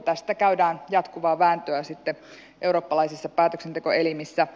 tästä käydään jatkuvaa vääntöä eurooppalaisissa päätöksentekoelimissä